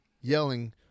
yelling